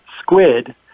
squid